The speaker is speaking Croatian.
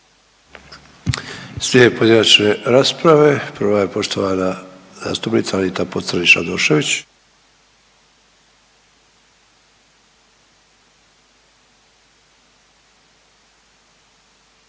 Slijede pojedinačne rasprave. Prva je poštovana zastupnica Anita Pocrnić- Radošević.